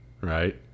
right